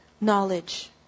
knowledge